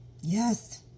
Yes